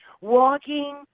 walking